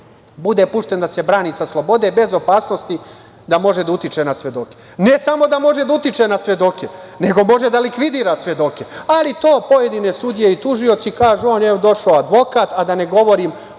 bude pušten da se brani sa slobode, bez opasnosti da može da utiče na svedoke. Ne samo da može da utiče na svedoke, nego može da likvidira svedoke, ali to pojedine sudije i tužioci kažu - došao je advokat, a da ne govorim